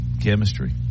chemistry